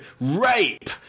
Rape